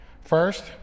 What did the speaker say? First